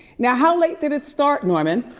now how late did it start norman?